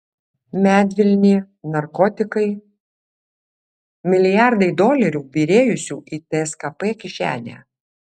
medvilnė narkotikai milijardai dolerių byrėjusių į tskp kišenę